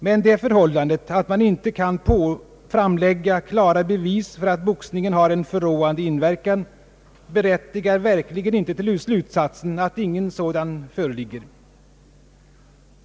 Men det förhållandet att man inte kan framlägga klara bevis för att boxningen har en förråande inverkan berättigar verkligen inte till den slutsatsen att ingen sådan föreligger.